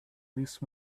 least